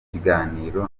kiganiro